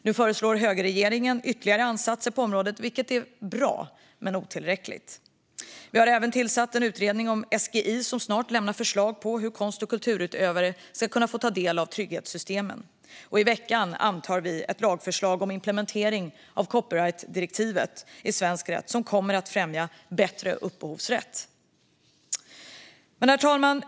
Nu föreslår högerregeringen ytterligare ansatser på området, vilket är bra - men otillräckligt. Vi har även tillsatt en utredning om SGI, som snart lämnar förslag på hur konst och kulturskapare ska kunna få ta del av trygghetssystemen. I veckan antar vi också ett lagförslag om implementering av copyrightdirektivet i svensk rätt som kommer att främja bättre upphovsrätt. Herr talman!